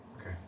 Okay